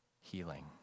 healing